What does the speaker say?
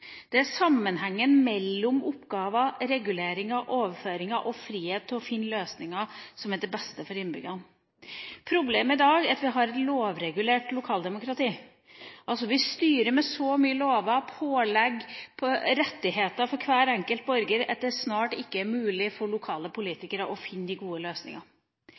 Det er sammenhengen mellom oppgaver, reguleringer, overføringer og frihet til å finne løsninger som er til beste for innbyggerne. Problemet i dag er at vi har et lovregulert lokaldemokrati. Vi styrer med så mange lover, pålegg og rettigheter for hver enkelt borger at det snart ikke er mulig for lokalpolitikere å finne de gode